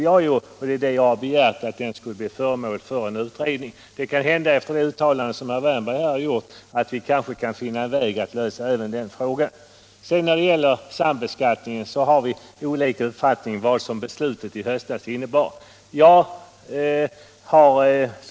Jag har begärt att frågan skall bli föremål för utredning, och efter det uttalande som herr Wärnberg nu har gjort kanske vi kan finna en väg att lösa även det problemet. I fråga om sambeskattningen har vi olika uppfattningar om vad beslutet i höstas innebär.